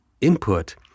input